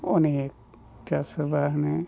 अनेखथा सोरबा होनो